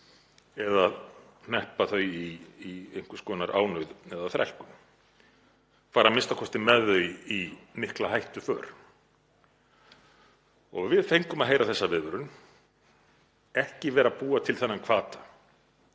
eða hneppa þau í einhvers konar ánauð eða þrælkun, fara a.m.k. með þau í mikla hættuför. Við fengum að heyra þessa viðvörun: Ekki vera að búa til þennan hvata,